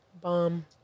Bomb